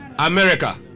America